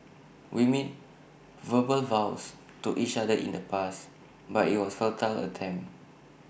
we made verbal vows to each other in the past but IT was A futile attempt